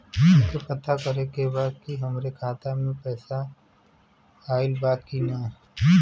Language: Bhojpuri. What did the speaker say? हमके पता करे के बा कि हमरे खाता में पैसा ऑइल बा कि ना?